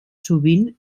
sovint